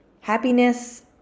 happiness